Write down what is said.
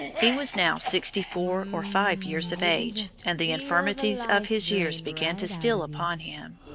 he was now sixty-four or five years of age, and the infirmities of his years began to steal upon him.